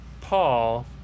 Paul